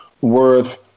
worth